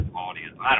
audience